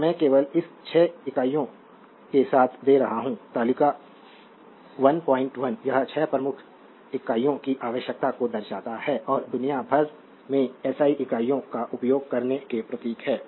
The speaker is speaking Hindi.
तो मैं केवल इस 6 इकाइयों के साथ दे रहा हूं तालिका 11 यह 6 प्रमुख इकाइयों की आवश्यकता को दर्शाता है और दुनिया भर में एसआई इकाइयों का उपयोग करने के प्रतीक हैं